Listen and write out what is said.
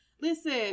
Listen